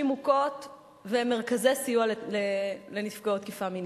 מוכות ומרכזי סיוע לנפגעות תקיפה מינית.